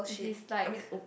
if he's like